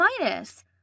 minus